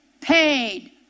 Paid